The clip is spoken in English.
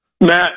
Matt